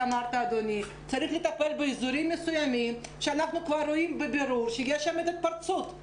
צריך לטפל באזורים מסוימים שאנחנו כבר רואים בבירור שיש שם התפרצות,